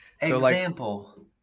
Example